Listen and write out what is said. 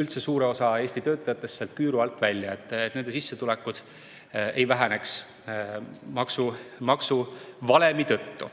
üldse suure osa Eesti töötajatest sealt küüru alt välja, et nende sissetulekud maksuvalemi tõttu